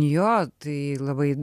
jo tai labai